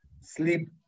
sleep